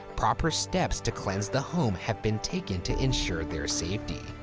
proper steps to cleanse the home have been taken to ensure their safety.